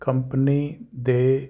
company ਦੇ